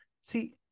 see